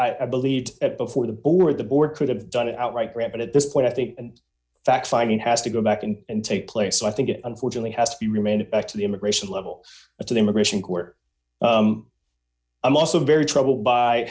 i believed it before the board the board could have done it outright grant but at this point i think and fact finding has to go back in and take place so i think it unfortunately has to be remanded back to the immigration level of the immigration court i'm also very troubled by